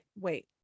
wait